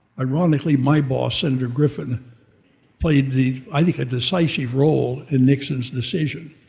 ironically, my boss, senator griffin played the, i think a decisive role in nixon's decision.